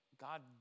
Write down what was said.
God